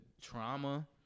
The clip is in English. trauma